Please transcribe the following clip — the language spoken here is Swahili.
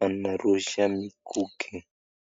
anarusha mikuki